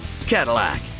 Cadillac